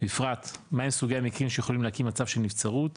בפרט מהם סוגי המקרים שיכולים להקים מצב של נבצרות?